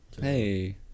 Hey